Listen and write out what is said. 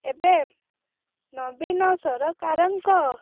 ଏବେ ନବୀନ ସରକାରଙ୍କ